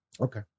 Okay